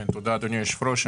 תודה, אדוני היושב-ראש.